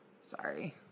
Sorry